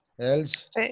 else